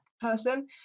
person